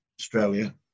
Australia